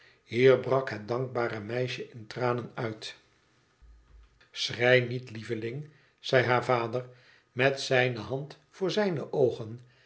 hier brak het dankbare meisje in tranen uit schrei niet lieveling zei haar vader met zijne hand voor zijne oogen